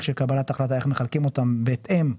של קבלת החלטה איך מחלקים אותם בהתאם,